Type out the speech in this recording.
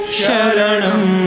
sharanam